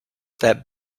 that